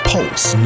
Pulse